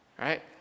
right